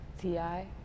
T-I